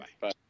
Bye